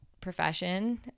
profession